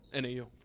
NAU